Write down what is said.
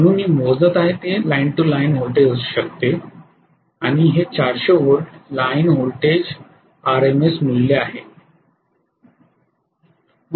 म्हणून मी मोजत आहे हे लाइन ते लाइन व्होल्टेज असू शकते आणि हे 400 व्होल्ट लाइन व्होल्टेज आरएमएस मूल्य आहे